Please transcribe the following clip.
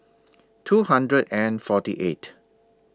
two hundred and forty eight